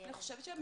יושבת-הראש על